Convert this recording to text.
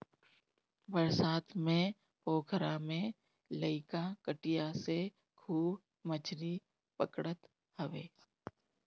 बरसात में पोखरा में लईका कटिया से खूब मछरी पकड़त हवे